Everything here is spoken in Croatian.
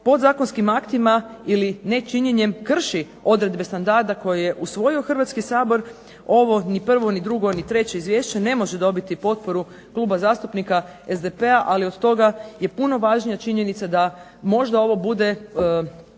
podzakonskim aktima ili nečinjenjem krši odredbe Standarda koje je usvojio Hrvatski sabor, ovo ni prvo ni drugo ni treće Izvješće ne može dobiti potporu Kluba zastupnika SDP-a ali od toga je puno važnija činjenica da možda ovo bude